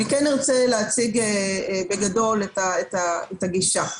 אני ארצה להציג בגדול את הגישה.